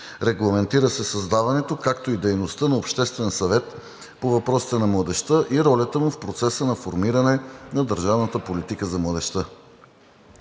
Регламентира се създаването, както и дейността на Обществен съвет по въпросите на младежта и ролята му в процеса на формиране на държавната политика за младежта.